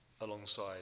alongside